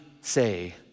say